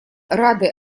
рады